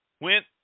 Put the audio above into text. went